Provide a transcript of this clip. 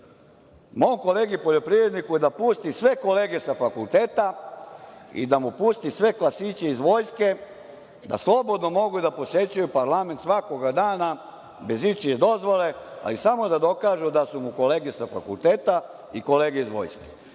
mom kolegi poljoprivredniku da pusti sve kolege sa fakulteta i da mu pusti sve klasiće iz vojske, da slobodno mogu da posećuju parlament svakog dana, bez ičije dozvole, ali samo da dokažu da su mu kolege sa fakulteta i kolege iz vojske.